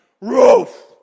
Roof